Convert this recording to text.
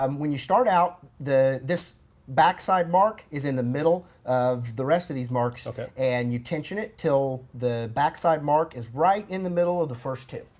um when you start out this backside mark is in the middle of the rest of these marks. ok. and you tension it until the backside mark is right in the middle of the first two.